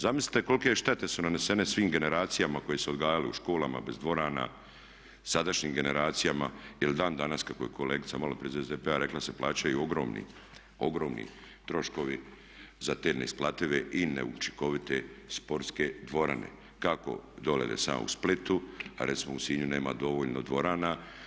Zamislite kolike štete su nanesene svim generacijama koje su se odgajale u školama bez dvorana, sadašnjim generacijama ili dan danas kako je kolegica malo prije iz SDP-a rekla da se plaćaju ogromni, ogromni troškovi za te neisplative i neučinkovite sportske dvorane kako dolje gdje sam ja u Splitu a recimo u Sinju nema dovoljno dvorana.